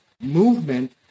movement